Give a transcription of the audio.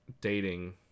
dating